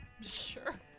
Sure